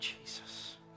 Jesus